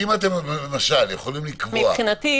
מבחינתי,